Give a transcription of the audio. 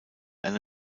eine